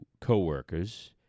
coworkers